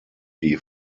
die